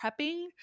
prepping